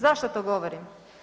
Zašto to govorim?